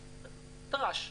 טראש.